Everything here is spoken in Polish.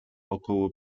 około